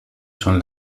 son